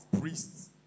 priests